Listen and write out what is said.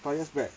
five years back